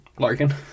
Larkin